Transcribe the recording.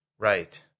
Right